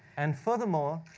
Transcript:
and furthermore,